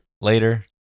later